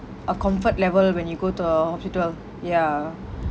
uh comfort level when you go to a hospital ya